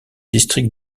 district